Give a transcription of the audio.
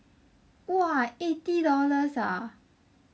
!wah! eighty dollars ah